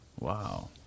Wow